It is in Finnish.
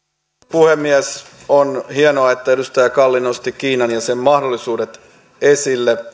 puhemies on hienoa että edustaja kalli nosti kiinan ja sen mahdollisuudet esille